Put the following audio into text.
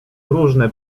różne